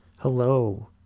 Hello